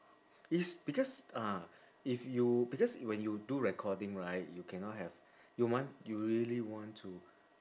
it's because uh if you because when you do recording right you cannot have you want you really want to